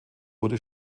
wurde